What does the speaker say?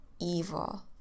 evil